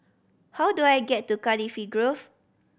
how do I get to Cardifi Grove